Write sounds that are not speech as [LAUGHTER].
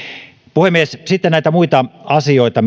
puhemies sitten näitä muita asioita [UNINTELLIGIBLE]